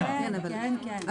כן, כן.